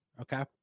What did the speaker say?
Okay